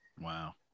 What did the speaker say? Wow